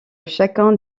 chacun